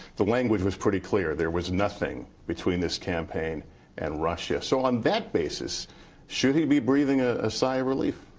the language was pretty clear there was nothing between this campaign and russia. so on that basis should he be breathing a ah sigh relief?